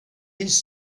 his